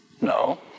No